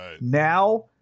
Now